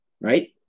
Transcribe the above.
Right